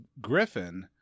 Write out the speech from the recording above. Griffin